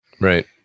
Right